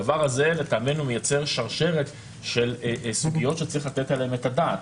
הדבר הזה לטעמינו מייצר שרשרת של סוגיות שצריך לתת עליהן את הדעת.